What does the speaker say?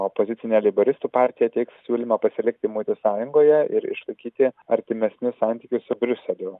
opozicinė leiboristų partija teiks siūlymą pasilikti muitų sąjungoje ir išlaikyti artimesnius santykius su briuseliu